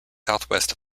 southwest